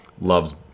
loves